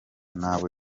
nabo